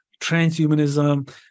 transhumanism